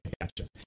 gotcha